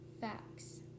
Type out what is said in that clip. facts